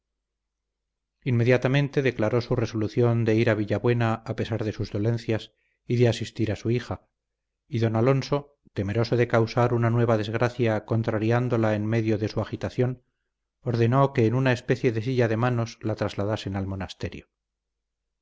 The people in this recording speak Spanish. inmediatamente declaró su resolución de ir a villabuena a pesar de sus dolencias y de asistir a su hija y don alonso temeroso de causar una nueva desgracia contrariándola en medio de su agitación ordenó que en una especie de silla de manos la trasladasen al monasterio